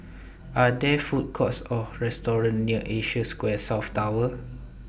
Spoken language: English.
Are There Food Courts Or Restaurant near Asia Square South Tower